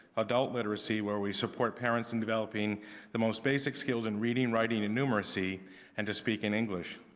adult literacy where we support parents in developing the most basic skills in reading, writing and numeracy and to speak in english.